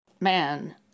man